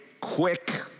quick